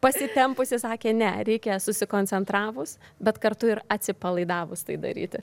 pasitempusi sakė ne reikia susikoncentravus bet kartu ir atsipalaidavus tai daryti